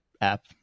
app